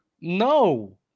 No